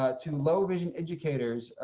ah to low vision educators,